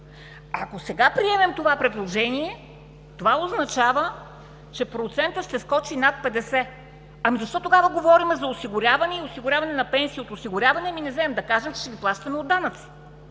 Ако сега приемем предложението, това означава, че процентът ще скочи над 50. Ами, защо тогава говорим за осигуряване и осигуряване на пенсии от осигуряване, а не вземем да кажем, че ще ги плащаме от данъци?!